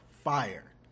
fire